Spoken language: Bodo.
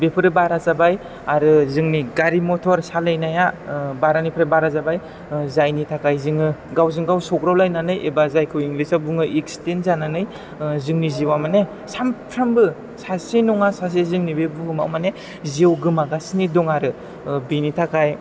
बेफोरो बारा जाबाय आरो जोंनि गारि मटर सालायनाया बारानिफ्राइ बारा जाबाय जायनि थाखाय जोङो गावजों गाव सौग्रावलायनानै एबा जायखौ इंलिसयाव बुङो एकचिदेन्ट जानानै जोंनि जिउया माने सानफ्रोमबो सासे नङा सासे जोंनि बे बुहुमाव माने जिउ गोमागासिनो दं आरो बेनि थाखाय